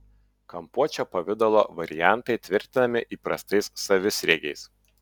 kampuočio pavidalo variantai tvirtinami įprastais savisriegiais